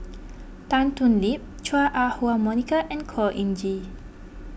Tan Thoon Lip Chua Ah Huwa Monica and Khor Ean Ghee